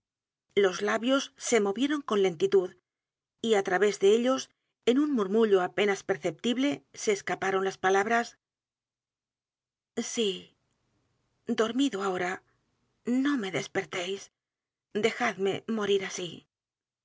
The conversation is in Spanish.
los labios se movieron con lentitud y á través de ellos en u n murmullo apenas perceptible se escaparon las palabras sí dormido ahora no me despertéis dejadme morir a